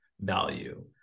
value